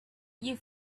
you